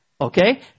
okay